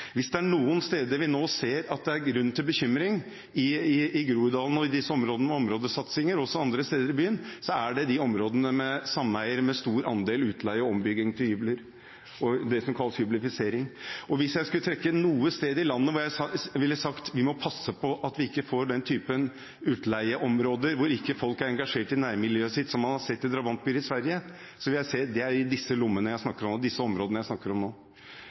Hvis det er noen steder vi nå ser at det er grunn til bekymring i Groruddalen, og i områdene med områdesatsinger også andre steder i byen, så er det de områdene som har sameier med en stor andel utleie og utbygging til hybler, det som kalles hyblifisering. Hvis jeg skulle trekke inn noe sted i landet hvor jeg ville sagt: Vi må passe på at vi ikke får den typen utleieområder hvor folk ikke er engasjert i nærmiljøet sitt, som man har sett i drabantbyer i Sverige, er det disse områdene jeg snakker om.